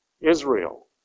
Israel